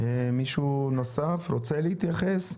מישהו נוסף רוצה להתייחס?